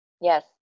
Yes